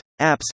apps